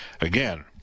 Again